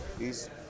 hes